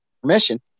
permission